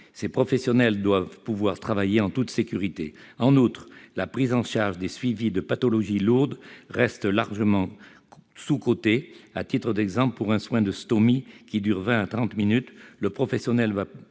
Ces professionnels doivent pouvoir travailler en toute sécurité. En outre, la prise en charge des suivis de pathologies lourdes reste largement sous-cotée. À titre d'exemple, pour un soin de stomie qui dure vingt à trente minutes, le professionnel va